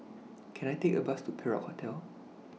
Can I Take A Bus to Perak Hotel